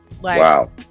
Wow